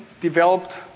developed